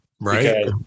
Right